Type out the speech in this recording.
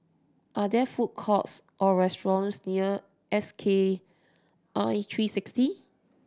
are there food courts or restaurants near S K I three sixty